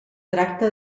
tracta